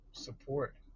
support